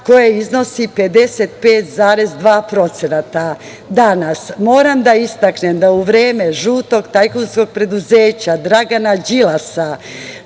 koje iznosi 55,2% danas. Moram da istaknem da u vreme žutog tajkunskog preduzeća Dragana Đilasa